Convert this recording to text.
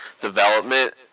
development